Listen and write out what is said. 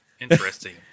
interesting